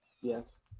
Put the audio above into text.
Yes